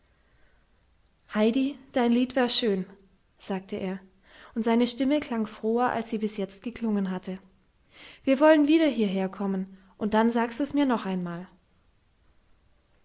heidi dein lied war schön sagte er und seine stimme klang froher als sie bis jetzt geklungen hatte wir wollen wieder hierherkommen dann sagst du mir's noch einmal